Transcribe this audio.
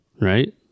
Right